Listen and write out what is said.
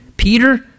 Peter